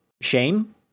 Shame